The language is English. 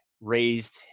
raised